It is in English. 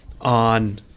on